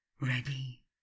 ready